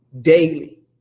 daily